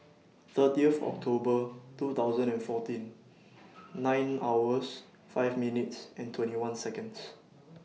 thirty of October two thousand and fourteen nine hours five minutes and twenty one Seconds